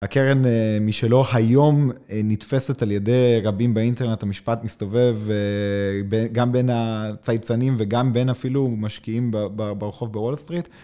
הקרן משלו היום נתפסת על ידי רבים באינטרנט, המשפט מסתובב גם בין הצייצנים וגם בין אפילו משקיעים ברחוב בוול סטריט.